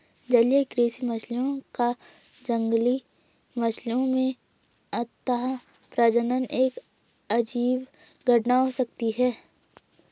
जलीय कृषि मछलियों का जंगली मछलियों में अंतःप्रजनन एक अजीब घटना हो सकती है